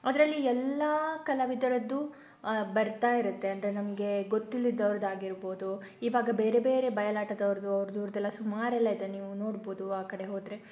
ಅದರಲ್ಲಿ ಎಲ್ಲ ಕಲಾವಿದರದ್ದು ಬರ್ತಾ ಇರತ್ತೆ ಅಂದರೆ ನಮಗೆ ಗೊತ್ತಿಲ್ದಿದ್ದವರದ್ದು ಆಗಿರಬಹುದು ಇವಾಗ ಬೇರೆ ಬೇರೆ ಬಯಲಾಟದವರದ್ದು ಅವರದ್ದು ಇವರದ್ದೆಲ್ಲ ಸುಮಾರೆಲ್ಲ ಇದೆ ನೀವು ನೋಡಬಹುದು ಆ ಕಡೆ ಹೋದರೆ